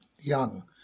young